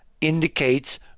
indicates